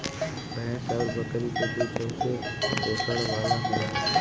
भैंस आउर बकरी के दूध बहुते पोषण वाला होला